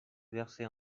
verser